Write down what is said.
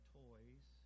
toys